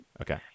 Okay